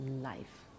life